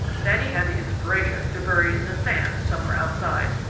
then he had the inspiration to bury it in the sand somewhere outside,